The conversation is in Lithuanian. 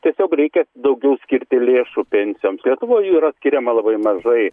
tiesiog reikia daugiau skirti lėšų pensijoms lietuvoj yra skiriama labai mažai